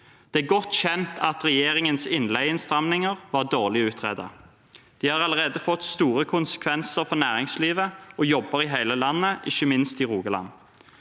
Det er godt kjent at regjeringens innleieinnstramninger var dårlig utredet. Det har allerede fått store konsekvenser for næringslivet og jobber i hele landet, ikke minst i Rogaland.